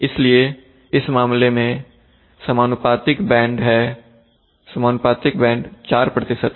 इसलिए इस मामले में समानुपातिक बैंड 4 है